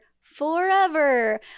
forever